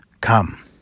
come